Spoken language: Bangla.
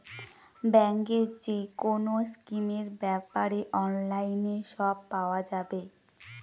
ব্যাঙ্কের যেকোনো স্কিমের ব্যাপারে অনলাইনে সব পাওয়া যাবে